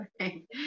right